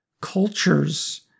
cultures